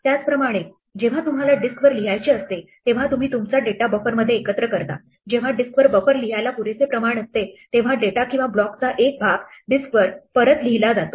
त्याचप्रमाणे जेव्हा तुम्हाला डिस्कवर लिहायचे असते तेव्हा तुम्ही तुमचा डेटा बफरमध्ये एकत्र करता जेव्हा डिस्कवर बफर लिहायला पुरेसे प्रमाण असते तेव्हा डेटा किंवा ब्लॉकचा एक भाग डिस्कवर परत लिहिला जातो